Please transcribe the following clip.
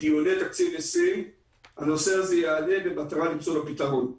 דיוני תקציב 2020 הנושא הזה יעלה במטרה למצוא לו פתרון.